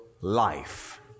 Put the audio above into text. life